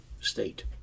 state